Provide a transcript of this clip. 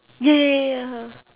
ya ya ya ya